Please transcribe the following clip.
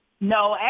no